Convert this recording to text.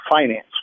finance